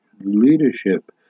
leadership